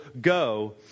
go